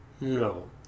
no